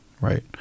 right